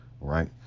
right